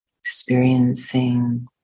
experiencing